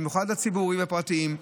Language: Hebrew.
במיוחד הציבוריים והפרטיים,